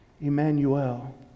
emmanuel